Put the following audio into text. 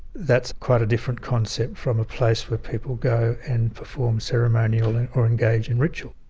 that's quite a different concept from a place where people go and perform ceremonial or engage in ritual.